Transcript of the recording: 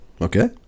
Okay